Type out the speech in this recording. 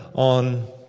On